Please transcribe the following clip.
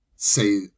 say